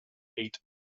eighth